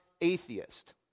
atheist